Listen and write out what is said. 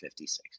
56